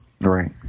Right